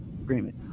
agreement